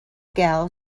gal